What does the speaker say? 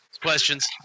Questions